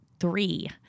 three